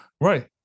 Right